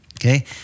okay